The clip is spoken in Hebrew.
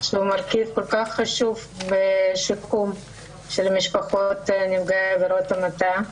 שהוא מרכיב כל כך חשוב בשיקום של משפחות נפגעי עבירות המתה.